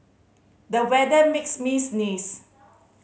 the weather makes me sneeze